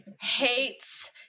hates